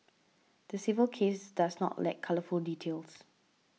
the civil case does not lack colourful details